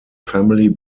family